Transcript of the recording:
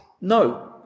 No